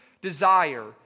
desire